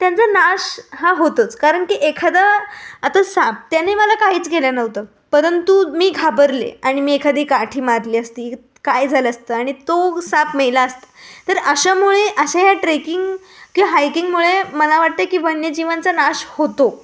त्यांचा नाश हा होतोच कारण की एखादा आता साप त्याने मला काहीच केलं नव्हतं परंतु मी घाबरले आणि मी एखादी काठी मारली असती काय झालं असतं आणि तो साप मेला असतं तर अशामुळे अशा ह्या ट्रेकिंग किंवा हायकिंगमुळे मला वाटते की वन्यजीवांचा नाश होतो